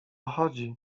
chodzi